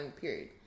period